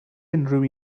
unrhyw